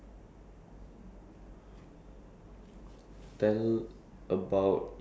tell us about the best experience you had after trying something new